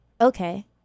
Okay